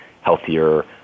healthier